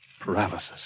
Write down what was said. paralysis